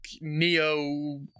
neo